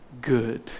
good